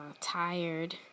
tired